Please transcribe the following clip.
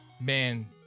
man